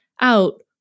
out